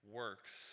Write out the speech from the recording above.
works